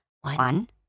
One